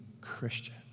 Christian